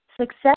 Success